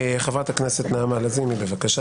חברת הכנסת נעמה לזימי, בבקשה.